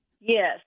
Yes